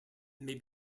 may